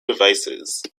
devices